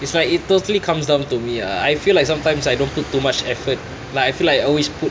it's like it totally comes down to me ah I feel like sometimes I don't put too much effort like I feel I always put